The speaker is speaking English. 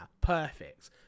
perfect